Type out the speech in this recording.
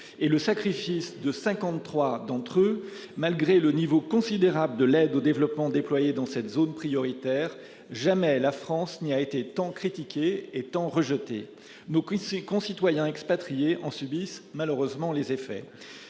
et le sacrifice de 53 d'entre eux. Malgré le niveau considérable de l'aide au développement déployés dans cette zone prioritaire. Jamais la France n'y a été tant critiqué étant rejetés nous quitte ses concitoyens expatriés en subissent, malheureusement les effets